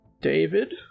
David